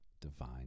divine